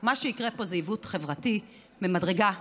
מה שיקרה פה זה עיוות חברתי ממדרגה ראשונה.